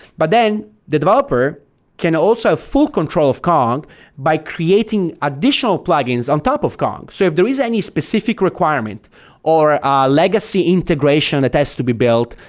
but then the developer can also full control of kong by creating additional plugins on top of kong. so if there is any specific requirement or a ah legacy integration that has to be built,